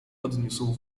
odniósł